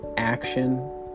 action